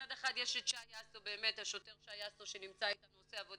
מצד אחד יש את שי יאסו,